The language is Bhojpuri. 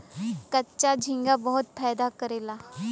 कच्चा झींगा बहुत फायदा करेला